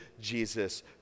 Jesus